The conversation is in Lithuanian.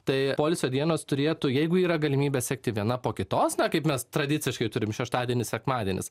tai poilsio dienos turėtų jeigu yra galimybė sekti viena po kitos na kaip mes tradiciškai turim šeštadienis sekmadienis